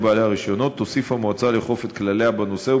הרישיונות תוסיף המועצה לאכוף את כלליה בנושא,